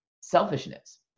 selfishness